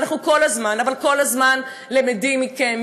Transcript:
אנחנו כל הזמן, אבל כל הזמן, למֵדים מכם.